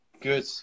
Good